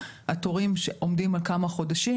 התורים עומדים על כמה חודשים